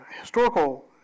Historical